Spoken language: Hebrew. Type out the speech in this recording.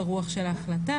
ברוח של ההחלטה,